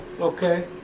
Okay